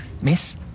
miss